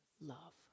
love